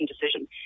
decision